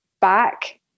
back